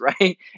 right